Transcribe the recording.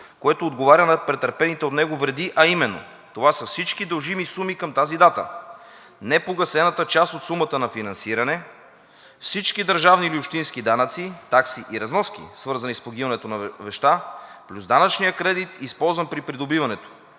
което отговаря на претърпените от него вреди, а именно: това са всички дължими суми към тази дата, непогасената част от сумата на финансиране, всички държавни или общински данъци, такси и разноски, свързани с погиването на вещта, плюс данъчния кредит, използван при придобиването.“